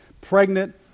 pregnant